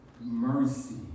mercy